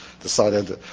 decided